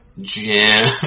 Jim